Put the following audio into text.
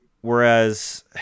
Whereas